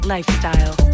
Lifestyle